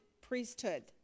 priesthood